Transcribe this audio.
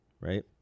Right